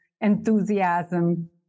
enthusiasm